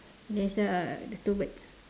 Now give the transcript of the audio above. there is uh the two birds